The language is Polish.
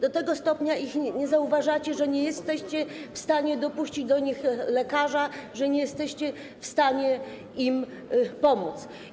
Do tego stopnia ich nie zauważacie, że nie jesteście w stanie dopuścić do nich lekarza, nie jesteście w stanie im pomóc.